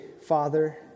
Father